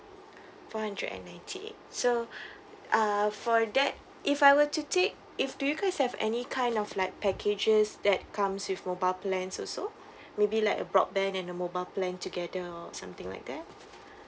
four hundred and ninety eight so uh for that if I will to take if do you guys have any kind of like packages that comes with mobile plans also maybe like a broadband and a mobile plan together or something like that